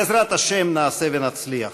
בעזרת השם, נעשה ונצליח.